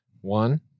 One